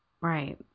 Right